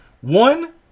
One